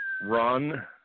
run